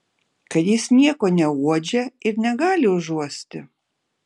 kad jis nieko neuodžia ir negali užuosti